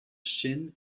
chaîne